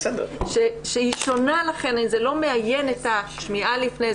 זה לא מאיין את השמיעה לפני,